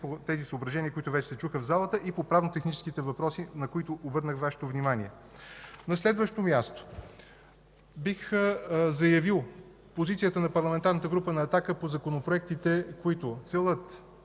по тези съображения, които вече се чуха в залата, и по правно-техническите въпроси, на които обърнах Вашето внимание. На следващо място бих заявил позицията на Парламентарната група на „Атака” по законопроектите, които целят